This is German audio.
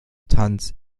tanz